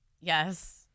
Yes